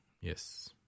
yes